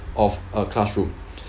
of a classroom